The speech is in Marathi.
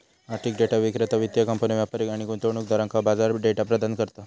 आर्थिक डेटा विक्रेता वित्तीय कंपन्यो, व्यापारी आणि गुंतवणूकदारांका बाजार डेटा प्रदान करता